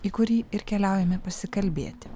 į kurį ir keliaujame pasikalbėti